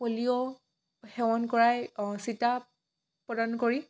polio সেৱন কৰাই চিটা প্ৰদান কৰি